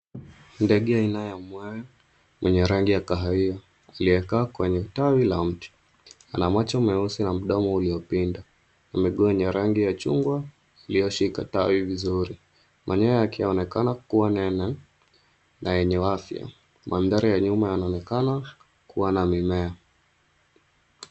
Ndege aina ya mwewe, mwenye rangi ya kahawia, aliyekaa kwenye utawi la mti. Ana macho meusi na mdomo uliopinda, na miguu yenye rangi ya chungwa iliyoshika utawi vizuri. Manyoya yakionekana kuwa nene na yenye afia. Manthari ya nyuma yanaonekana kuwa na mimea.